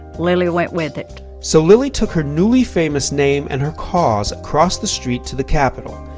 lilly went with it. so lilly took her newly famous name and her cause across the street to the capitol.